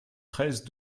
treize